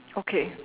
okay